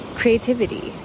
creativity